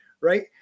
right